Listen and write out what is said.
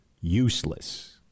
useless